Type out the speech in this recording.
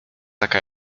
taka